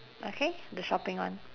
okay the shopping one